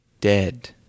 dead